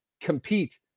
compete